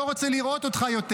לא רוצה לראות אותך יותר.